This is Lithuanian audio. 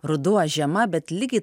ruduo žiema bet lygiai